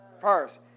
First